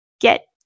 get